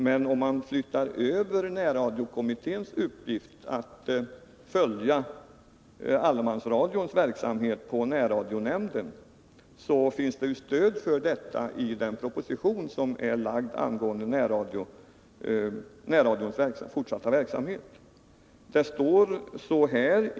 Men om man flyttar över närradiokommitténs uppgift, att följa allemansradions verksamhet, på närradionämnden, finns 115 det stöd för detta i den proposition som lagts fram angående närradions fortsatta verksamhet.